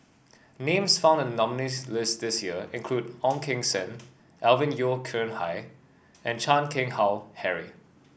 names found in the nominees' list this year include Ong Keng Sen Alvin Yeo Khirn Hai and Chan Keng Howe Harry